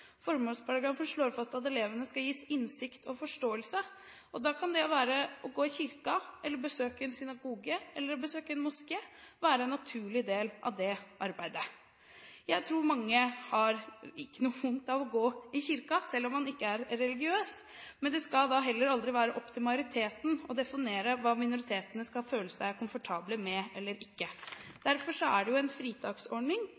Formålsparagrafen slår fast at elevene skal gis innsikt og forståelse, og da kan det å gå i kirken, besøke en synagoge eller besøke en moské være en naturlig del av det arbeidet. Jeg tror mange ikke har noe vondt av å gå i kirken selv om man ikke er religiøs, men det skal heller aldri være opp til majoriteten å definere hva minoriteten skal føle seg komfortabel med eller ikke.